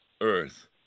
earth